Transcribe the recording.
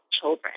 children